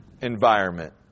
environment